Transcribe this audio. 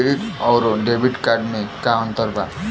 Credit अउरो debit card मे का अन्तर बा?